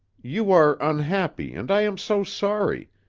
you are unhappy, and i am so sorry.